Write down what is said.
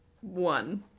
one